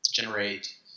generate